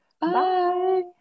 Bye